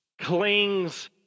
clings